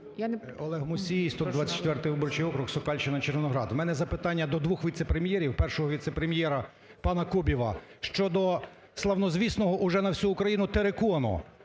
Олег Мусій, 124-й виборчій округ, Сокальщина, Червоноград. В мене запитання до двох віце-прем'єрів. Першого віце-прем'єра пана Кубіва – щодо славнозвісного уже на всю Україну терикону.